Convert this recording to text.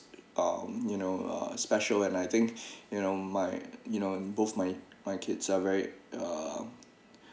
um you know a special and I think you know my you know both my my kids are very uh